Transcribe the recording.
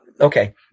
okay